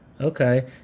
okay